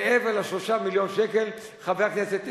מעבר ל-3 מיליון שקל, חבר הכנסת אדרי,